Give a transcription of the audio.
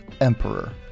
Emperor